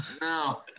no